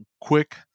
quick